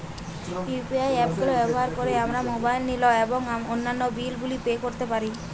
UPI app গুলো ব্যবহার করে আমরা মোবাইল নিল এবং অন্যান্য বিল গুলি পে করতে পারি